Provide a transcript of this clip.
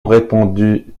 répondit